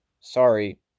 sorry